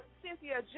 cynthia